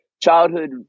childhood